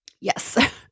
Yes